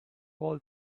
call